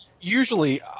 usually